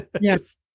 yes